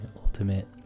ultimate